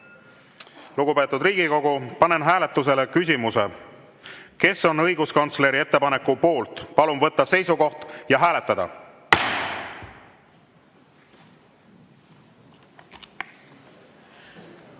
Lugupeetud Riigikogu! Panen hääletusele küsimuse: kes on õiguskantsleri ettepaneku poolt? Palun võtta seisukoht ja hääletada.